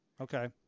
Okay